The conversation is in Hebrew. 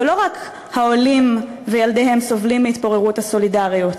ולא רק העולים וילדיהם סובלים מהתפוררות הסולידריות,